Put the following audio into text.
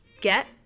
get